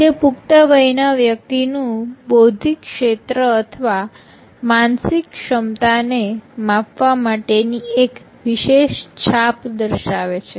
જે પુખ્ત વયના વ્યક્તિ નું બૌદ્ધિક ક્ષેત્ર અથવા માનસિક ક્ષમતાને માપવા માટેની એક વિશેષ છાપ દર્શાવે છે